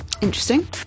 interesting